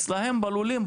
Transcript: אצלם בלולים,